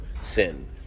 sin